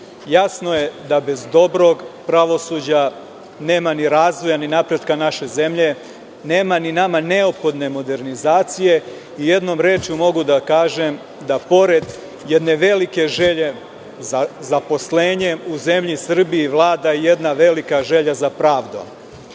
Jasno je da bez dobrog pravosuđa nema ni razvoja ni napretka naše zemlje, nema ni nama neophodne modernizacije. Jednom rečju, mogu da kažem da pored jedne velike želje za zaposlenjem, u zemlji Srbiji vlada jedna velika želja za pravdom. Danas